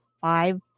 five